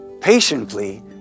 Patiently